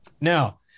Now